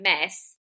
mess